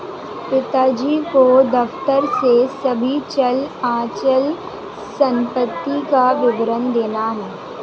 पिताजी को दफ्तर में सभी चल अचल संपत्ति का विवरण देना है